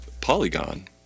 polygon